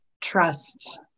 trust